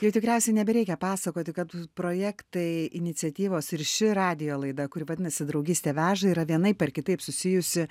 jau tikriausiai nebereikia pasakoti kad projektai iniciatyvos ir ši radijo laida kuri vadinasi draugystė veža yra vienaip ar kitaip susijusi